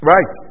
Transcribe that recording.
Right